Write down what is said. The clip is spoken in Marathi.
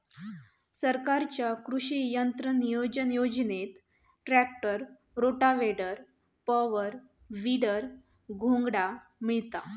सरकारच्या कृषि यंत्र अनुदान योजनेत ट्रॅक्टर, रोटावेटर, पॉवर, वीडर, घोंगडा मिळता